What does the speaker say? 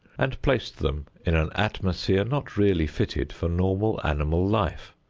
and placed them in an atmosphere not really fitted for normal animal life,